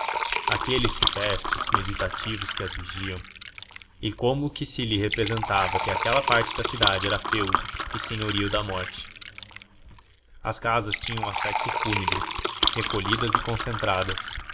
aqueles ciprestes meditativos que as vigiam e como que se lhe representava que aquela parte da cidade era feudo e senhorio da morte as casas tinham um aspecto fúnebre recolhidas e concentradas